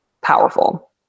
powerful